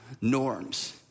norms